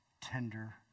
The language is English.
tender